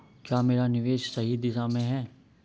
क्या मेरा निवेश सही दिशा में है?